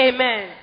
Amen